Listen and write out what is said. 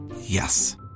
Yes